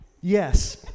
Yes